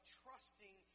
trusting